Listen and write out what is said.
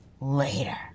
later